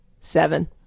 seven